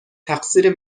تقصیر